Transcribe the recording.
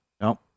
No